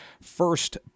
first